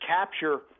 capture